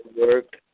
work